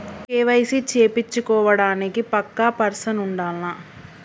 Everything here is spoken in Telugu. కే.వై.సీ చేపిచ్చుకోవడానికి పక్కా పర్సన్ ఉండాల్నా?